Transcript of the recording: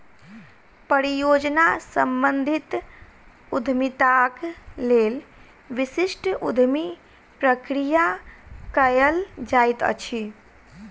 परियोजना सम्बंधित उद्यमिताक लेल विशिष्ट उद्यमी प्रक्रिया कयल जाइत अछि